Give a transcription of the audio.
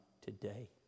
today